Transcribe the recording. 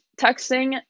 texting